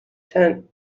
tent